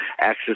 access